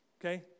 Okay